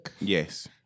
Yes